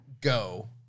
Go